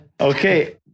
Okay